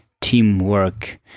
teamwork